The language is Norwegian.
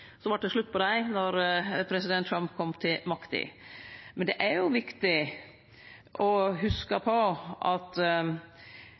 Så vart det slutt på dei då president Trump kom til makta. Men det er viktig å